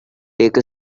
take